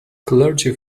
clergy